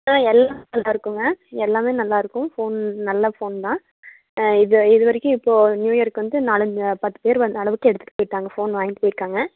ம் எல்லாம் நல்லா இருக்குதுங்க எல்லாமே நல்லா இருக்கும் ஃபோன் நல்ல ஃபோன் தான் இது இதுவரைக்கும் இப்போது நியூ இயருக்கு வந்து நாலஞ்சு பத்துப் பேர் வந்த அளவுக்கு எடுத்துகிட்டுப் போய்விட்டாங்க ஃபோன் வாங்கிட்டுப் போயிருக்காங்க